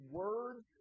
words